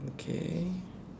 okay